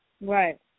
Right